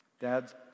Dad's